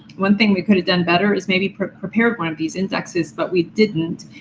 one thing we could have done better is maybe prepared one of these indexes, but we didn't.